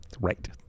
Right